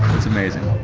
it's amazing.